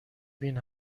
بین